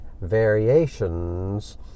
variations